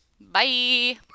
Bye